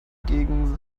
gegen